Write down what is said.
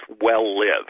well-lived